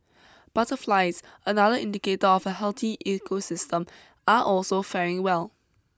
butterflies another indicator of a healthy ecosystem are also faring well